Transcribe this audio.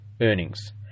earnings